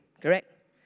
correct